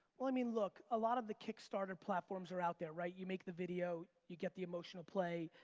well, i mean look. a lot of the kickstarter platforms are out there, right? you make the video, you get the emotional play,